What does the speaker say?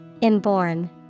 Inborn